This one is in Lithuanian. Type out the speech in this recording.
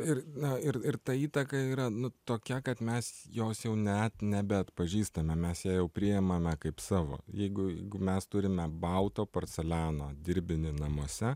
ir na ir ir ta įtaka yra nu tokia kad mes jos jau net nebeatpažįstame mes ją jau priimame kaip savo jeigu jeigu mes turime balto porceliano dirbinį namuose